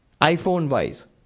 iPhone-wise